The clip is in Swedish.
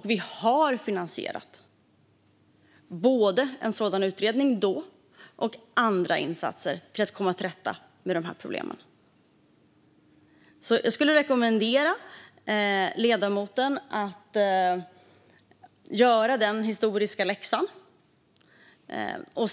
skulle göras, och vi finansierade då både en sådan utredning och andra insatser för att komma till rätta med problemen. Jag skulle rekommendera ledamoten att göra den historiska läxan.